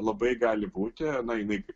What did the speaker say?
labai gali būti na jinai